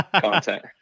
content